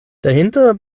dahinter